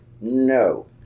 no